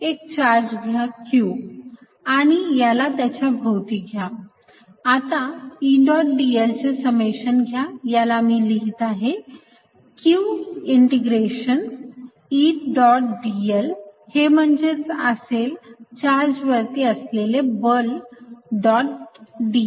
एक चार्ज घ्या q आणि याला त्याच्या भोवती घ्या आता E डॉट dl चे समेशन घ्या याला मी लिहित आहे q integration E dot dl हे म्हणजेच असेल चार्ज वरती असलेले बल डॉट dl